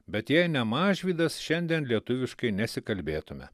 bet jei ne mažvydas šiandien lietuviškai nesikalbėtume